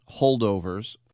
holdovers